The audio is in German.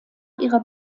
ihrer